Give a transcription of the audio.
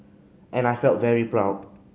and I felt very proud